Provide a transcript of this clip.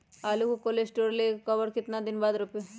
आलु को cold store से ले के कब और कितना दिन बाद रोपे?